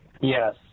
Yes